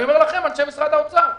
אני אומר לכם, אנשי משרד האוצר.